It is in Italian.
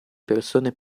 persone